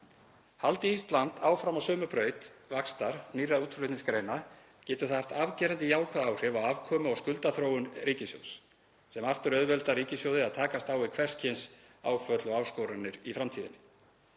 Haldi Ísland áfram á sömu braut vaxtar nýrra útflutningsgreina getur það haft afgerandi jákvæð áhrif á afkomu og skuldaþróun ríkissjóðs sem aftur auðveldar ríkissjóði að takast á við hvers kyns áföll eða áskoranir í framtíðinni.